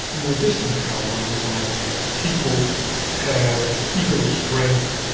the more distant parallels are that people have ego strength,